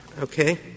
okay